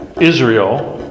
Israel